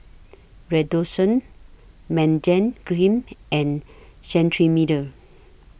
Redoxon Cream and Cetrimide